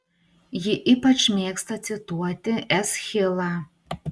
ji ypač mėgsta cituoti eschilą